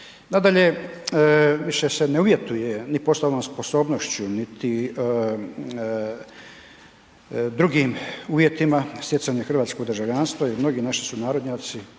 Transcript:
Nadalje, više se ne uvjetuje ni poslovnom sposobnošću niti drugim uvjetima stjecanja hrvatskog državljanstva jer mnogi naši sunarodnjaci